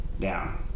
down